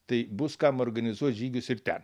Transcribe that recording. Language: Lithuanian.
tai bus kam organizuot žygius ir ten